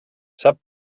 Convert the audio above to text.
sap